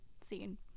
seen